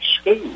school